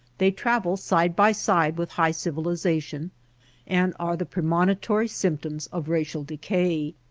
they travel side by side with high civilization and are the premonitory symptoms of racial decay.